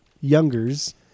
youngers